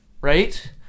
right